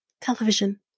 television